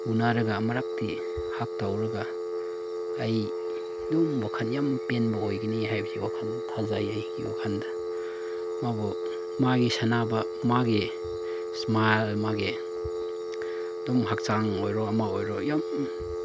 ꯎꯅꯔꯒ ꯑꯃꯨꯔꯛꯇꯤ ꯍꯒ ꯇꯧꯔꯒ ꯑꯩ ꯑꯗꯨꯝ ꯋꯥꯈꯜ ꯌꯥꯝ ꯄꯦꯟꯕ ꯑꯣꯏꯒꯅꯤ ꯍꯥꯏꯕꯁꯤ ꯋꯥꯈꯜ ꯊꯥꯖꯩ ꯑꯩꯒꯤ ꯋꯥꯈꯜꯗ ꯃꯥꯕꯨ ꯃꯥꯒꯤ ꯁꯥꯟꯅꯕ ꯃꯥꯒꯤ ꯏꯁꯃꯥꯏꯜ ꯃꯥꯒꯤ ꯑꯗꯨꯝ ꯍꯛꯆꯥꯡ ꯑꯣꯏꯔꯣ ꯑꯃ ꯑꯣꯏꯔꯣ ꯌꯥꯝ